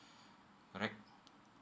correct